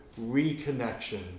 reconnection